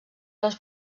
les